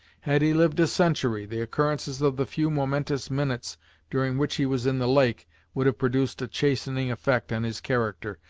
had he lived a century, the occurrences of the few momentous minutes during which he was in the lake would have produced a chastening effect on his character,